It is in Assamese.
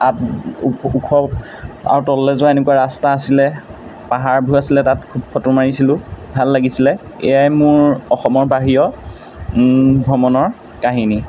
তাত ওখ আৰু তললৈ যোৱা এনেকুৱা ৰাস্তা আছিলে পাহাৰবোৰ আছিলে তাত খুব ফটো মাৰিছিলোঁ ভাল লাগিছিলে এয়াই মোৰ অসমৰ বাহিৰৰ ভ্ৰমণৰ কাহিনী